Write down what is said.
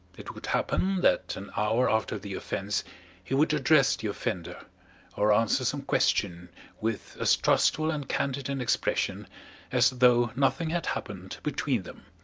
it would happen that an hour after the offense he would address the offender or answer some question with as trustful and candid an expression as though nothing had happened between them.